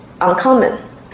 uncommon